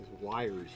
wires